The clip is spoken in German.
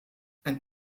ein